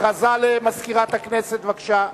הכרזה למזכירת הכנסת, בבקשה.